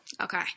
Okay